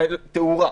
תאורה,